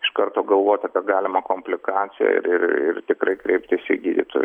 iš karto galvoti apie galimą komplikaciją ir ir tikrai kreiptis į gydytojus